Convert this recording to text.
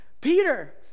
Peter